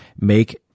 make